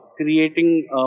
creating